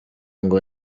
ngo